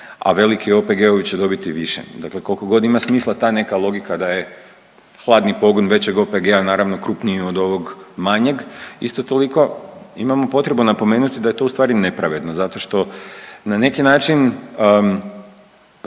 a veliki OPG-ovi će dobiti više, dakle koliko god ima smisla ta neka logika da je hladni pogon većeg OPG-a, naravno krupniji od ovog manjeg, isto toliko imamo potrebu napomenuti da je to ustvari nepravedno zato što na neki način